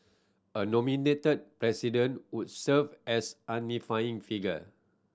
a nominated President would serve as unifying figure